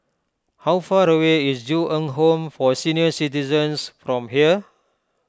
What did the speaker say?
how far away is Ju Eng Home for Senior Citizens from here